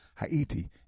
Haiti